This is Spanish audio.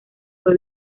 fue